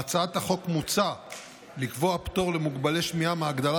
בהצעת החוק מוצע לקבוע פטור למוגבלי שמיעה מאגרת